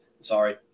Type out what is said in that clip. Sorry